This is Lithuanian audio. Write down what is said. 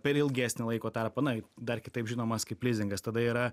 per ilgesnį laiko tarpą na dar kitaip žinomas kaip lizingas tada yra